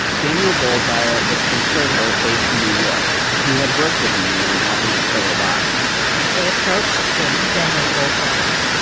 daniel goldreyer was a conservator based in new york who had worked with newman while he was still alive they approached him, daniel goldreyer,